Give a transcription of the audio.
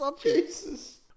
Jesus